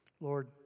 Lord